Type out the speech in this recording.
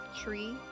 tree